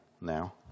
now